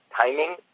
timing